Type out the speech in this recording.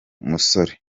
musore